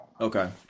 Okay